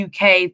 UK